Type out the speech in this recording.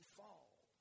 fall